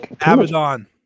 Amazon